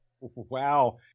Wow